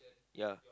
ya